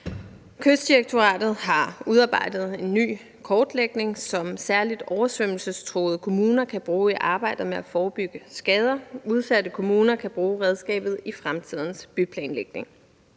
Kystdirektoratet har udarbejdet en ny kortlægning, som særligt oversvømmelsestruede kommuner kan bruge i arbejdet med at forebygge skader, og udsatte kommuner kan bruge redskabet i fremtidens byplanlægning.